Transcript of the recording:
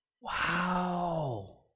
Wow